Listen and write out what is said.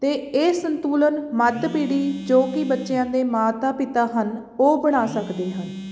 ਅਤੇ ਇਹ ਸੰਤੁਲਨ ਮੱਧ ਪੀੜ੍ਹੀ ਜੋ ਕਿ ਬੱਚਿਆਂ ਦੇ ਮਾਤਾ ਪਿਤਾ ਹਨ ਉਹ ਬਣਾ ਸਕਦੇ ਹਨ